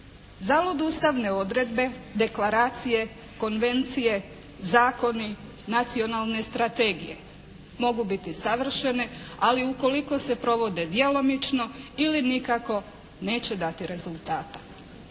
Zalud ustavne odredbe, deklaracije, konvencije, zakoni, nacionalne strategije. Mogu biti savršene ali ukoliko se provode djelomično ili nikako neće dati rezultata.